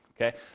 okay